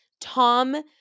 Tom